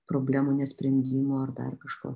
problemų nesprendimo ar dar kažko